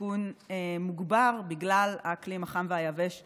בסיכון מוגבר בגלל האקלים החם והיבש באזורנו.